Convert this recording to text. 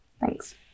Thanks